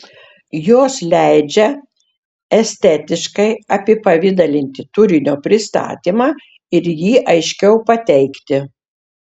jos leidžia estetiškai apipavidalinti turinio pristatymą ir jį aiškiau pateikti